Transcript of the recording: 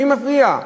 מי מפריע.